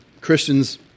Christians